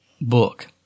book